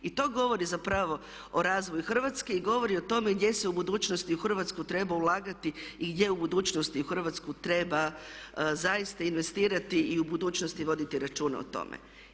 I to govori zapravo o razvoju Hrvatske i govori o tome gdje se u budućnosti u Hrvatsku treba ulagati i gdje u budućnosti u Hrvatsku treba zaista investirati i u budućnosti voditi računa o tome.